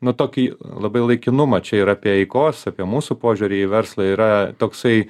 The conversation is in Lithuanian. nu tokį labai laikinumą čia yra apie eikos apie mūsų požiūrį į verslą yra toksai